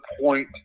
point